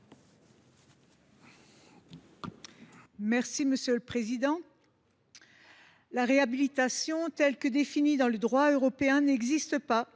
La réhabilitation, telle qu’elle est définie dans le droit européen, n’existe pas